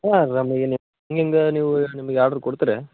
ಯಾರು ನಮಗೆ ನಿಮ್ಮ ನಿಮ್ದಾ ನೀವು ನಿಮಗೆ ಆರ್ಡ್ರ್ ಕೊಡ್ತುರ್ಯ